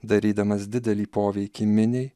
darydamas didelį poveikį miniai